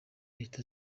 leta